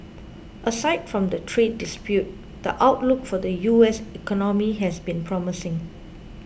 aside from the trade dispute the outlook for the U S economy has been promising